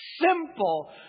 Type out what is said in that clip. simple